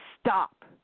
stop